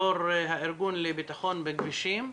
יו"ר הארגון לביטחון בכבישים.